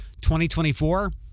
2024